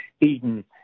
Eden